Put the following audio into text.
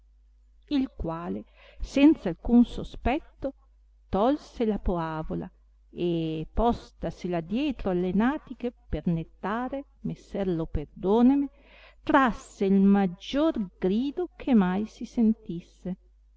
il quale senz alcun sospetto tolse la poavola e postasela dietro alle natiche per nettare messer lo perdoneme trasse il maggior grido che mai si sentisse